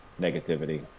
negativity